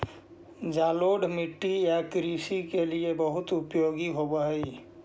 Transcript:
जलोढ़ मिट्टी या कृषि के लिए बहुत उपयोगी होवअ हई